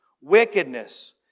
wickedness